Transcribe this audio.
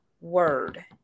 word